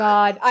God